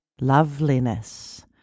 loveliness